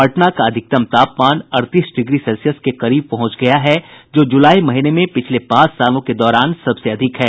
पटना का अधिकतम तापमान अड़तीस डिग्री सेल्सियस के करीब पहुंच गया है जो जुलाई महीने में पिछले पांच सालों के दौरान सबसे अधिक है